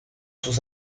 sus